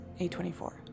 A24